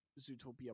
zootopia